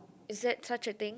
is that such a thing